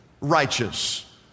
righteous